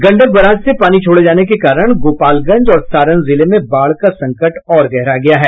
Gandak barrage से पानी छोड़े जाने के कारण गोपालगंज और सारण जिले में बाढ़ का संकट और गहरा गया है